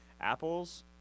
apples